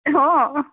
অঁ